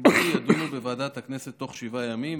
והציבורי יידונו בוועדת הכנסת בתוך שבעה ימים,